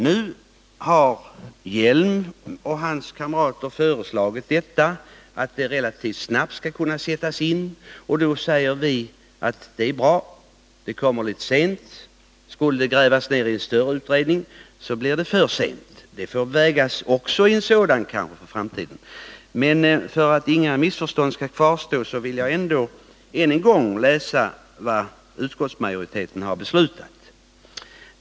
Nu har Lennart Hjelm och hans kamrater föreslagit att detta relativt snabbt skall kunna sättas in. Då säger vi att det är bra, men det kommer litet sent. Skulle det grävas ner i en större utredning blir det för sent. Detta får också vägas in i en sådan kamp för framtiden. För att inga missförstånd skall kvarstå vill jag ändå än en gång läsa vad utskottsmajoriteten har beslutat.